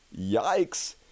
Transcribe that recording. Yikes